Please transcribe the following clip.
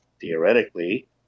theoretically